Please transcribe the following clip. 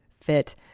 fit